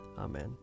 Amen